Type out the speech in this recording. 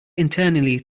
internally